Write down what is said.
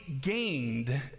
gained